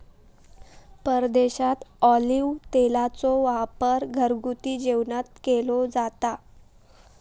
परदेशात ऑलिव्ह तेलाचो वापर घरगुती जेवणात केलो जाता